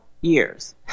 years